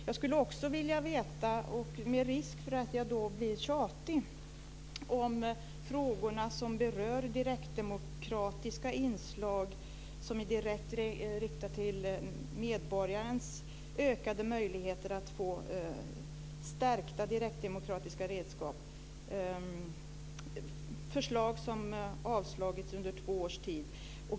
Jag skulle också med risk för att bli tjatig vilja efterfråga ökade möjligheter för medborgarna att få direktdemokratiska redskap. Det är ett förslag som har avslagits under två års tid.